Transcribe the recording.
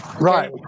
Right